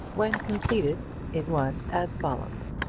when completed it was as follows